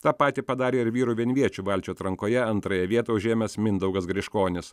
tą patį padarė ir vyrų vienviečių valčių atrankoje antrąją vietą užėmęs mindaugas griškonis